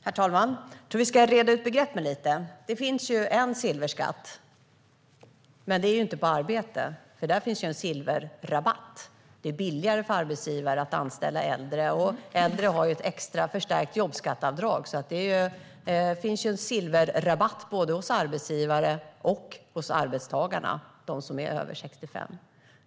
Herr talman! Låt oss reda ut begreppen lite. Det finns en silverskatt. Den är dock inte på arbete, för här finns en silverrabatt. Det är billigare för arbetsgivare att anställa äldre. Äldre har också ett extra, förstärkt jobbskatteavdrag. Det finns alltså en silverrabatt både för arbetsgivare och arbetstagare över 65.